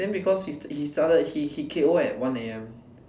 then because he started he he K_O at one A_M